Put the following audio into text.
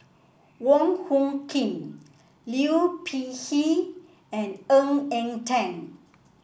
Wong Hung Khim Liu Peihe and Ng Eng Teng